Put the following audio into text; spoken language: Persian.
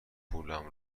پولم